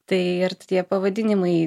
tai ir tie pavadinimai